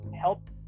help